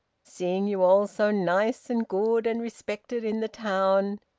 seeing you all so nice and good, and respected in the town,